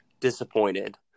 disappointed